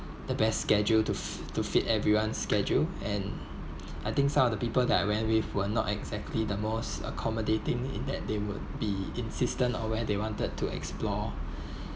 the best schedule to f~ to fit everyone's schedule and I think some of the people that I went with were not exactly the most accommodating in that they would be insistent or where they wanted to explore